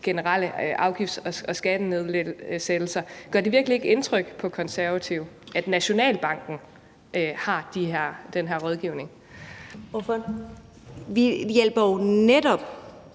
generelle afgifts- og skattelettelser, gør det så ikke indtryk på Konservative, at Nationalbanken giver den her rådgivning? Kl. 14:31 Første